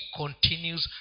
continues